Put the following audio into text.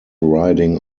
riding